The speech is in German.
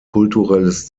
kulturelles